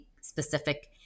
specific